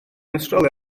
awstralia